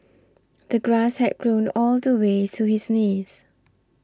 the grass had grown all the way to his knees